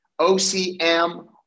OCM